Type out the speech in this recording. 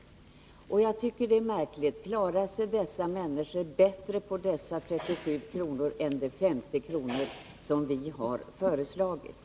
Jag tycker att det är märkligt: Klarar sig människor bättre på dessa 37 kr. än med de 50 kr. som vi har föreslagit?